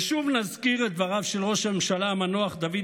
ושוב נזכיר את דבריו של ראש הממשלה המנוח דוד